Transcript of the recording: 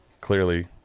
clearly